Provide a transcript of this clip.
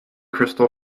crystal